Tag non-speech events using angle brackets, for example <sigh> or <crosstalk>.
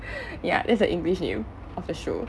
<laughs> ya that's the english name official